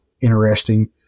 interesting